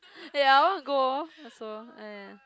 ya I want to go also yeah